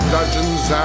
Dungeons